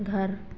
घर